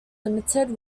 limited